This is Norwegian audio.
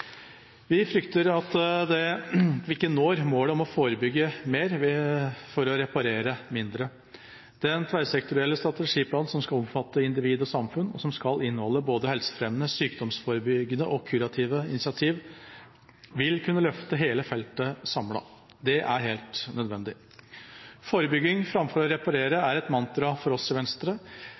Vi frykter at vi ikke når målet om å forebygge mer for å reparere mindre. Den tverrsektorielle strategiplanen som skal omfatte individ og samfunn, og som skal inneholde både helsefremmende, sykdomsforebyggende og kurative initiativ, vil kunne løfte hele feltet samlet. Det er helt nødvendig. Forebygging framfor å reparere er et mantra for oss i Venstre.